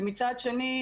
ומצד שני,